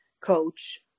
coach